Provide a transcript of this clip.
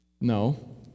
No